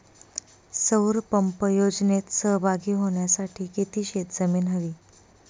सौर पंप योजनेत सहभागी होण्यासाठी किती शेत जमीन हवी?